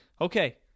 Okay